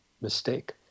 mistake